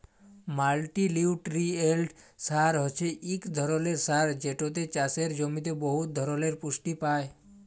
মাল্টিলিউটিরিয়েল্ট সার হছে ইক ধরলের সার যেটতে চাষের জমিতে বহুত ধরলের পুষ্টি পায়